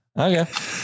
Okay